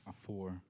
Four